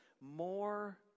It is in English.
more